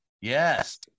Yes